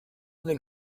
del